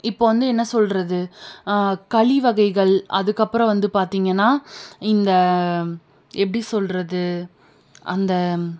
இப்போ வந்து என்ன சொல்கிறது களி வகைகள் அதுக்கப்பறம் வந்து பார்த்திங்கனா இந்த எப்படி சொல்கிறது அந்த